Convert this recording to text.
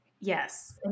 Yes